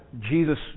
Jesus